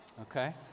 Okay